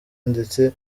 ndetse